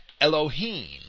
Elohim